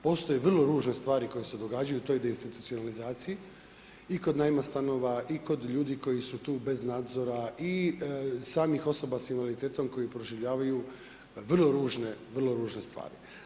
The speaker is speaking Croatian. Postoje vrlo ružne stvari koje događaju, u toj deinstitucionalizaciji i kod najma stanova i kod ljudi koji su tu bez nadzora i samih osoba s invaliditetom koji proživljavaju vrlo ružne stvari.